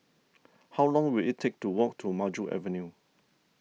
how long will it take to walk to Maju Avenue